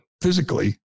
physically